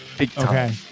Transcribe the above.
okay